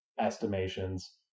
estimations